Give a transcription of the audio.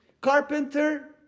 Carpenter